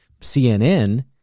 CNN